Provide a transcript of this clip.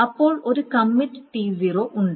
അപ്പോൾ ഒരു commit T0 ഉണ്ട്